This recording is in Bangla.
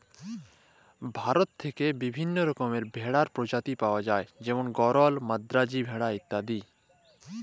ভারতেল্লে বিভিল্ল্য রকমের ভেড়ার পরজাতি পাউয়া যায় যেমল গরল, মাদ্রাজি ভেড়া ইত্যাদি